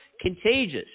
contagious